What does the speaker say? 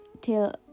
till